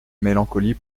mélancolie